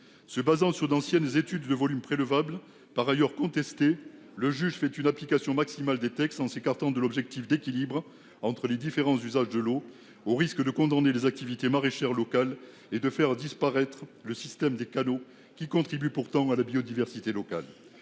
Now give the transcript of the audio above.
Se basant sur d'anciennes études de volume près le VAB le par ailleurs contesté le juge fait une application maximale des textes en s'écartant de l'objectif d'équilibre entre les différents usages de l'eau, au risque de condamner les activités maraîchère locale et de faire disparaître le système des cadeaux qui contribuent pourtant à la biodiversité locale